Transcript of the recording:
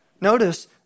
Notice